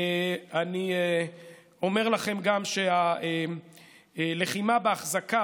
אני אומר לכם גם שהלחימה בהחזקה,